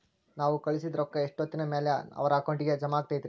ನಾವು ಕಳಿಸಿದ್ ರೊಕ್ಕ ಎಷ್ಟೋತ್ತಿನ ಮ್ಯಾಲೆ ಅವರ ಅಕೌಂಟಗ್ ಜಮಾ ಆಕ್ಕೈತ್ರಿ?